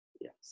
Yes